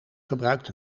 gebruikt